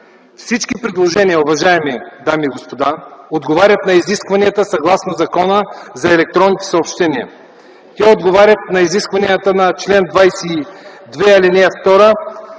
Всички предложения, уважаеми дами и господа, отговарят на изискванията съгласно Закона за електронните съобщения. Те отговарят на изискванията на чл. 22, ал. 2.